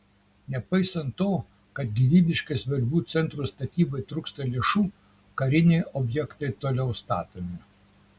nepaisant to kad gyvybiškai svarbių centrų statybai trūksta lėšų kariniai objektai toliau statomi